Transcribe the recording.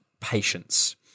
patience